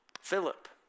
Philip